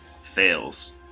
Fails